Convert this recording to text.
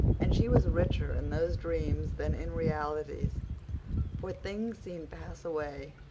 and she was richer in those dreams than in realities for things seen pass away,